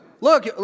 Look